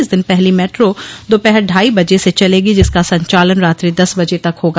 इस दिन पहली मेट्रो दोपहर ढ़ाई बजे से चलेगी जिसका संचालन रात्रि दस बज तक होगा